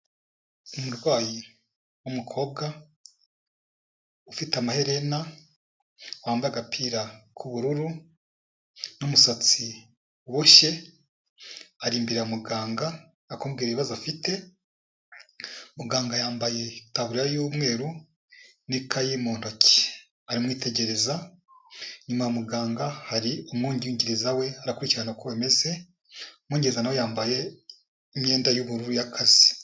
Umurwayi w'umukobwa, ufite amaherena, wambaye agapira k'ubururu n'umusatsi uboshye, ari imbere ya muganga ari kumubwira ibibazo afite, muganga yambaye itaburiya y'umweru n'ikayi mu ntoki aramwitegereza, inyuma ya muganga hari umwungiriza we, arakurikirana uko bimeze, umwungiriza we na we yambaye imyenda y'ubururu y'akazi.